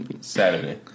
Saturday